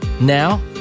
Now